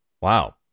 Wow